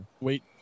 Wait